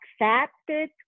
accepted